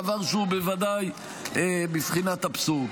דבר שהוא בוודאי בבחינת אבסורד.